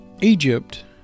Egypt